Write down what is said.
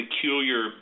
peculiar